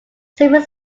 several